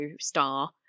star